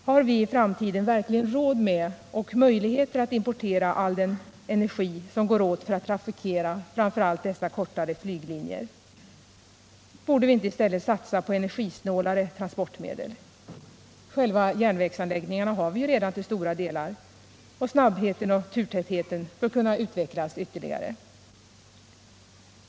Har vi i framtiden verkligen råd med och möjligheter att importera all den energi som går åt för att trafikera framför allt dessa kortare flyglinjer? Borde vi inte i stället satsa på energisnålare transportmedel? Själva järnvägsanläggningarna har vi ju redan till stora delar och snabbheten och turtätheten bör kunna utvecklas ytterligare.